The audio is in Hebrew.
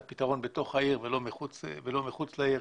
את הפתרון בתוך העיר ולא מחוץ לעיר.